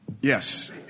Yes